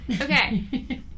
Okay